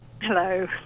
Hello